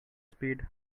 speed